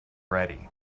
ready